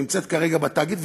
שנמצאת כרגע בתאגיד,